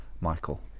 Michael